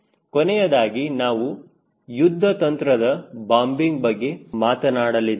ಕೊನೆಯದಾಗಿ ನಾವು ಯುದ್ಧತಂತ್ರದ ಬಾಂಬಿಂಗ್ ಬಗ್ಗೆ ಮಾತನಾಡಲಿದ್ದೇವೆ